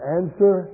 answer